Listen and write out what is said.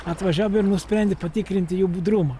atvažiavo ir nusprendė patikrinti jų budrumą